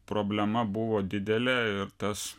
problema buvo didelė ir tas